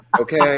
Okay